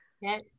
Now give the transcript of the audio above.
Yes